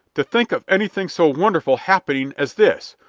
to think of anything so wonderful happening as this!